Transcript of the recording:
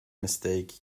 mistake